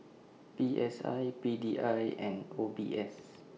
P S I P D I and O B S